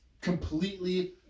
completely